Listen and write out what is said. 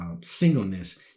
singleness